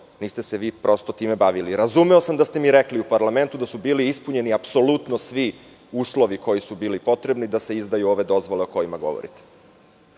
niste se vi time bavili. Razumeo sam da ste mi rekli u parlamentu da su bili ispunjeni apsolutno svi uslovi koji su bili potrebni da se izdaju ove dozvole o kojima govorite.